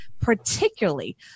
particularly